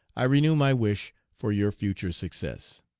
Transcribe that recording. i renew my wish for your future success